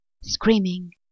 screaming